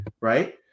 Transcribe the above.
right